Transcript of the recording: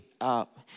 up